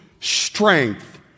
strength